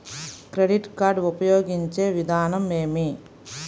Credit card ఉపయోగించే విధానం ఏమి?